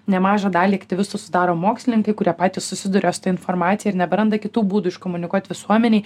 nemažą dalį aktyvistų sudaro mokslininkai kurie patys susiduria su ta informacija ir neberanda kitų būdų iškomunikuot visuomenei